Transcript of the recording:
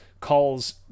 calls